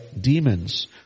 demons